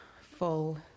full